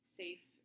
safe